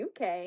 UK